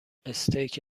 استیک